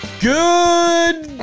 Good